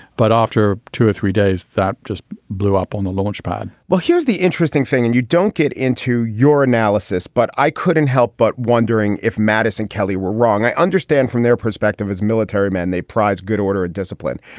but after two or three days, that just blew up on the launch pad well, here's the interesting thing. and you don't get into your analysis, but i couldn't help but wondering if madison kelly were wrong. i understand from their perspective as military man, they prized good order and discipline.